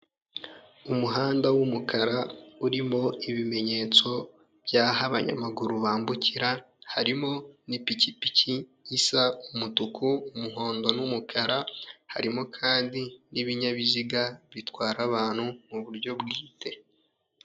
Umuhanda w'umukara urimo ibimenyetso by'aho abanyamaguru bambukira, harimo n'ipikipiki isa umutuku, umuhondo n'umukara, harimo kandi n'ibinyabiziga bitwara abantu mu buryo bwite.